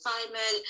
assignment